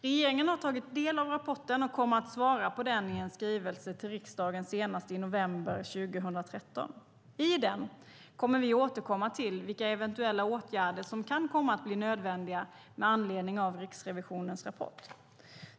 Regeringen har tagit del av rapporten och kommer att svara på den i en skrivelse till riksdagen senast i november 2013. I den kommer vi att återkomma till vilka eventuella åtgärder som kan komma att bli nödvändiga med anledning av Riksrevisionens rapport.